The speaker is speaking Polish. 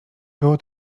było